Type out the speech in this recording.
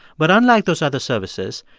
but unlike those other services,